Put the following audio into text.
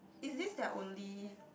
is this their only